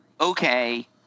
okay